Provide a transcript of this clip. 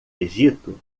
egito